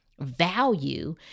value